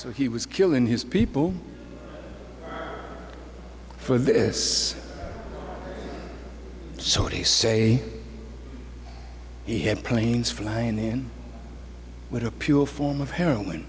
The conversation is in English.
so he was killing his people for this so he say he had planes flying in with a pure form of heroin